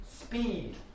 speed